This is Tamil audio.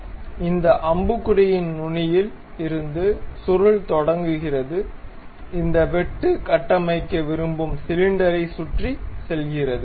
எனவே இந்த அம்புக்குறியின் நுனியில் இருந்து சுருள் தொடங்குகிறது இந்த வெட்டு கட்டமைக்க விரும்பும் சிலிண்டரைச் சுற்றி செல்கிறது